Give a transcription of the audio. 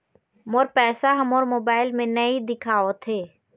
मोर पैसा ह मोर मोबाइल में नाई दिखावथे